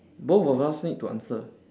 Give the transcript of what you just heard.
both of us need to answer